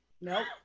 Nope